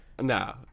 No